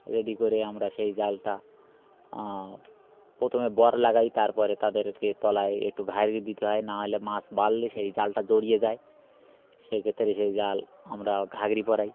ready করে আমরা সেই জালটা প্রথমে বর লাগাই তারপরে তাদেরকে তলায় একটু ঘাইরি দিতে হয় নাহলে মাছ বাধলে সেই জালটা জড়িয়ে যায় সেই ক্ষেত্রে সেই জাল আমরা ঘাইরি পরাই